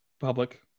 public